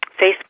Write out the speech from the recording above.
Facebook